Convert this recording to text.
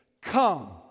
come